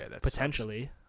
potentially